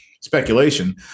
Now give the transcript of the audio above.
speculation